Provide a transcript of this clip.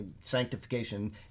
Sanctification